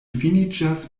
finiĝas